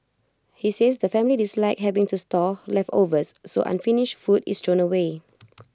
he says the family dislike having to store leftovers so unfinished food is away